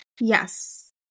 Yes